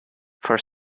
for